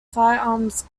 firearms